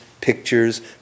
pictures